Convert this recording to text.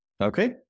Okay